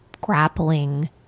grappling